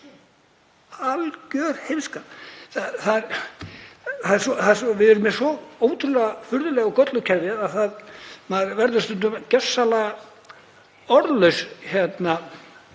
algjör heimska. Við erum með svo ótrúlega furðuleg og gölluð kerfi að maður verður stundum gjörsamlega orðlaus yfir